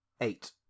Eight